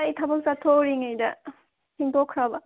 ꯑꯩ ꯊꯕꯛ ꯆꯠꯊꯣꯛꯎꯔꯤꯉꯩꯗ ꯊꯦꯡꯗꯣꯛꯈ꯭ꯔꯕ